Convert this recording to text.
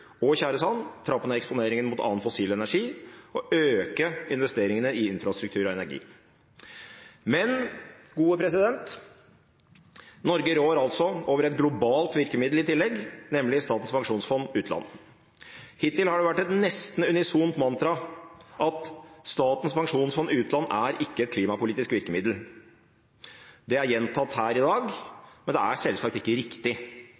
og tjæresand, trappe ned eksponeringen mot annen fossil energi og øke investeringene i infrastruktur og energi. Norge rår over et globalt virkemiddel i tillegg, nemlig Statens pensjonsfond utland. Hittil har det vært et nesten unisont mantra at Statens pensjonsfond utland ikke er et klimapolitisk virkemiddel. Det er gjentatt her i dag, men det er selvsagt ikke riktig.